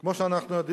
כמו שאנחנו יודעים,